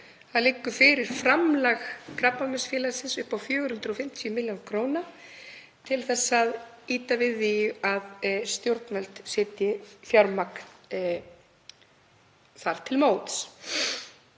liggur framlag Krabbameinsfélagsins upp á 450 millj. kr. til þess að ýta við því að stjórnvöld setji fjármagn þar á móti.